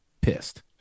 pissed